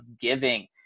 giving